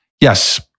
yes